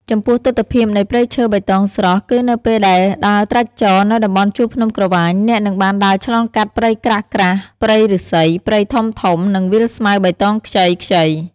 ចំពោះទិដ្ឋភាពនៃព្រៃឈើបៃតងស្រស់ គឺនៅពេលដែលដើរត្រាច់ចរណ៍នៅតំបន់ជួរភ្នំក្រវាញអ្នកនឹងបានដើរឆ្លងកាត់ព្រៃក្រាស់ៗ ព្រៃឫស្សី ព្រៃធំៗ និងវាលស្មៅបៃតងខ្ចីៗ។